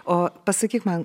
o pasakyk man